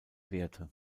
werte